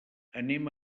anem